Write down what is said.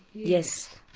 yes.